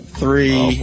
three